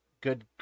good